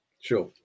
Sure